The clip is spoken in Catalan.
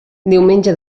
diumenge